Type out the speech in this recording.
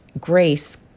grace